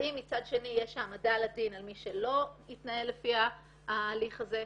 האם מצד שני יש העמדה לדין על מי שלא התנהל לפי ההליך הזה?